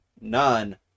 none